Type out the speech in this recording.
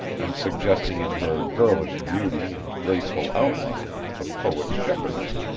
and suggesting in her girlish beauty and graceful outline the poet's shepherdess.